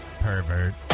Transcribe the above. pervert